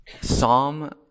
Psalm